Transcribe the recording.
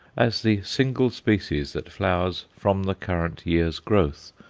as the single species that flowers from the current year's growth,